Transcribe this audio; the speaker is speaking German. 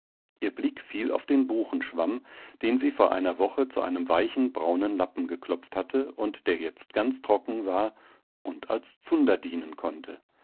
ihr blick fiel auf den buchenschwamm den sie vor einer woche zu einem weichen braunen lappen geklopft hatte und der jetzt ganz trocken war und als zunder dienen konnte